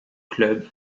club